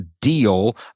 deal